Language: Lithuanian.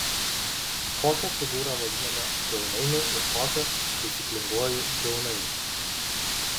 kokią figūrą vadiname briaunainiu ir kokią taisyklinguoju briaunainiu